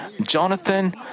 Jonathan